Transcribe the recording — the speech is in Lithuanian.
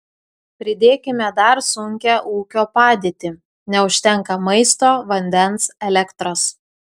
pridėkime dar sunkią ūkio padėtį neužtenka maisto vandens elektros